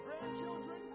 grandchildren